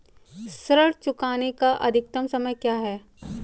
ऋण चुकाने का अधिकतम समय क्या है?